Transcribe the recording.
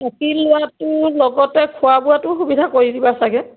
লোৱাটো লগতে খোৱা বোৱাটো সুবিধা কৰি দিবা চাগে